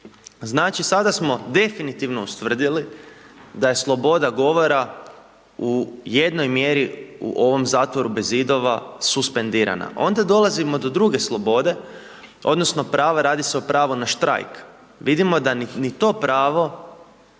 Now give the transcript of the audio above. Znači sada smo definitivno ustvrdili da je sloboda govora u jednoj mjeri u ovom zatvoru bez zidova suspendirana. Onda dolazimo do druge slobode, odnosno prava, radi se o pravu na štrajk. Vidimo da ni to pravo